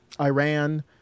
Iran